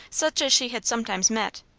such as she had sometimes met.